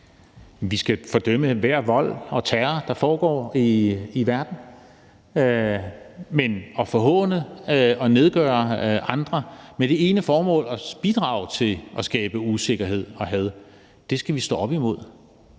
Vi skal fordømme enhver volds- og terrorhandling, der foregår i verden. Men at forhåne og nedgøre andre med det ene formål at bidrage til at skabe usikkerhed og had skal vi stå op imod,